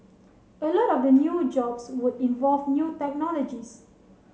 a lot of the new jobs would involve new technologies